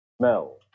smell